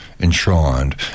enshrined